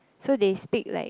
so they speak like